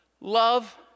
love